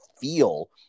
feel